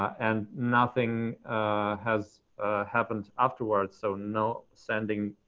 and nothing has happened afterwards, so no sending